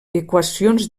equacions